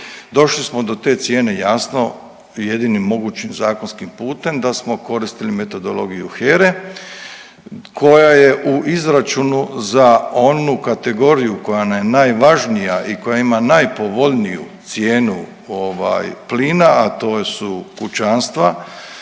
Došli smo do te cijene jasno jedinim mogućim zakonskim putem da smo koristili metodologiju HERA-e koja je u izračunu za onu kategoriju koja nam je najvažnija i koja ima najpovoljniju cijenu ovaj plina, a to su kućanstva